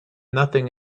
nothing